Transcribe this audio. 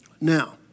Now